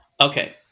Okay